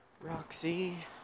Roxy